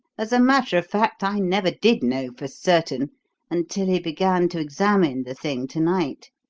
as a matter of fact, i never did know for certain until he began to examine the thing to-night.